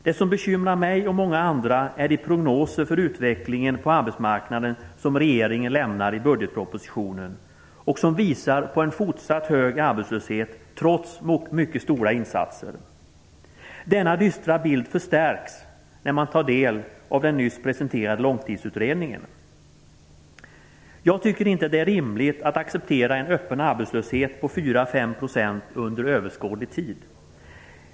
Det som bekymrar mig och många andra är de prognoser för utvecklingen på arbetsmarknaden som regeringen lämnar i budgetpropositionen och som visar på en fortsatt hög arbetslöshet trots mycket stora insatser. Denna dystra bild förstärks när man tar del av den nyss presenterade långtidsutredningen. Jag tycker inte att det är rimligt att acceptera en öppen arbetslöshet om 4 - 5 % under överskådlig tid.